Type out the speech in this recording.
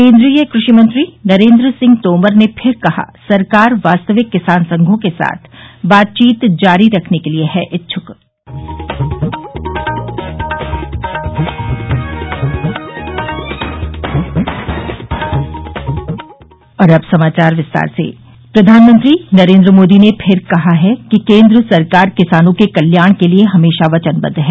केन्द्रीय कृषि मंत्री नरेन्द्र सिंह तोमर ने फिर कहा सरकार वास्तविक किसान संघों के साथ बातचीत जारी रखने के लिए है इच्छुक प्रधानमंत्री नरेन्द्र मोदी ने फिर कहा है कि केन्द्र सरकार किसानों के कल्याण के लिए हमेशा वचनबद्द है